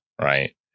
right